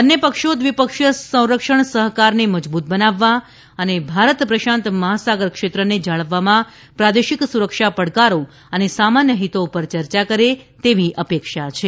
બંને પક્ષો દ્વિપક્ષીય સંરક્ષણ સહકારને મજબૂત બનાવવા અને ભારત પ્રશાંત મહાસાગર ક્ષેત્રને જાળવવામાં પ્રાદેશિક સુરક્ષા પડકારો અને સામાન્ય હિતો પર ચર્ચા કરે તેવી અપેક્ષા છે